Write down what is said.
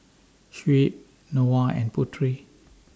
Shuib Noah and Putri